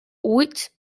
huit